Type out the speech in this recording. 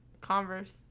converse